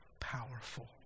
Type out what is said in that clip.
powerful